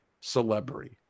celebrity